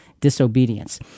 disobedience